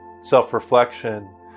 self-reflection